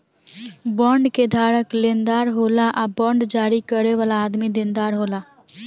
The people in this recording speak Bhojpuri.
बॉन्ड के धारक लेनदार होला आ बांड जारी करे वाला आदमी देनदार होला